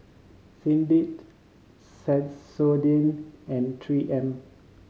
Lindt Sensodyne and Three M